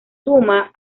suma